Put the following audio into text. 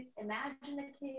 imaginative